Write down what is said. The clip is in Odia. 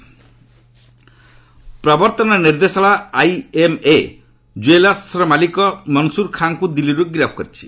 ଖାନ୍ ଆରେଷ୍ଟ ପ୍ରବର୍ତ୍ତନ ନିର୍ଦ୍ଦେଶାଳୟ ଆଇଏମ୍ଏ ଜୁଏଲ୍ୱର ମାଲିକ ମନସୁର ଖାଁଙ୍କୁ ଦିଲ୍ଲୀରୁ ଗିରଫ୍ କରିଛି